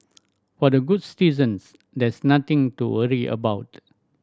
for the good citizens there is nothing to worry about